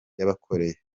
yabakoreye